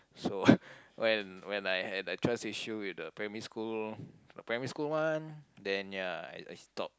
so when when I had a trust issue with the primary school the primary school one then ya I I stop